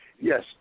yes